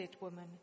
woman